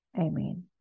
Amen